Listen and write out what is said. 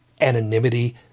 anonymity